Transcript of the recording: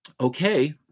okay